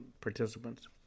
participants